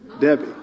Debbie